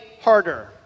harder